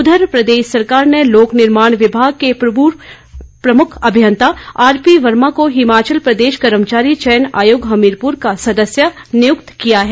उधर प्रदेश सरकार ने लोकनिर्माण विभाग के पूर्व प्रमुख अभियंता आरपी वर्मा को हिमाचल प्रदेश कर्मचारी चयन आयोग हमीरपुर का सदस्य नियुक्त किया है